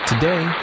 Today